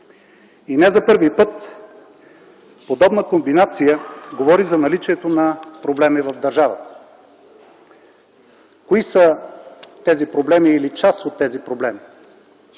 И не за първи път подобна комбинация говори за наличието на проблеми в държавата. Кои са тези проблеми или част от тези проблеми?